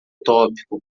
tópico